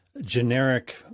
generic